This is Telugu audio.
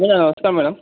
హలో నమస్కారం మేడం